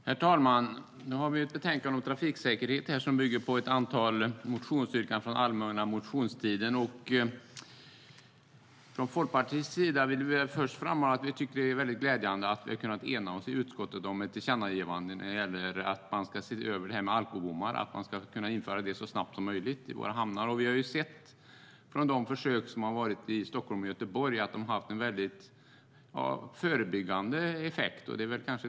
Herr talman! Nu har vi ett betänkande om trafiksäkerhet som bygger på ett antal motionsyrkanden från den allmänna motionstiden. Från Folkpartiets sida vill vi först framhålla att vi tycker att det är väldigt glädjande att vi har kunnat ena oss i utskottet om ett tillkännagivande när det gäller att man ska se över frågan om alkobommar. Det handlar om att man ska kunna införa det så snabbt som möjligt i våra hamnar. Vi har sett i de försök som har gjorts i Stockholm och Göteborg att detta har haft en stor förebyggande effekt.